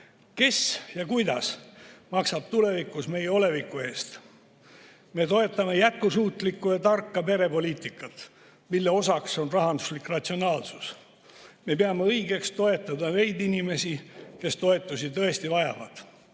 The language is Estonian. Kes ja kuidas maksab tulevikus meie oleviku eest? Me toetame jätkusuutlikku ja tarka perepoliitikat, mille osaks on rahanduslik ratsionaalsus. Me peame õigeks toetada neid inimesi, kes toetusi tõesti vajavad.